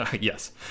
Yes